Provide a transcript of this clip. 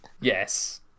Yes